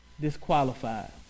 Disqualified